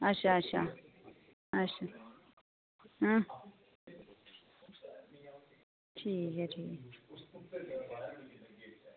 अच्छा अच्छा अच्छा अं ठीक ऐ ठीक